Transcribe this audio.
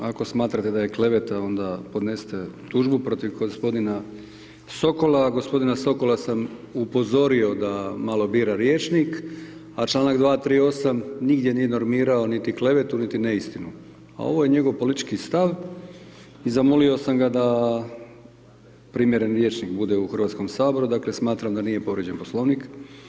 Ako smatrate da je kleveta, onda podnesite tužbu protiv gospodina Sokola, a gospodina Sokola sam upozorio da malo bira rječnik, a članak 238., nigdje nije normirao niti klevetu, niti neistinu, a ovo je njegov politički stav i zamolio sam ga da primjeren rječnik bude u Hrvatskom saboru, dakle, smatram da nije povrijeđen Poslovnik.